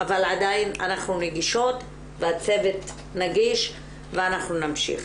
אבל עדיין אנחנו נגישות והצוות נגיש ואנחנו נמשיך.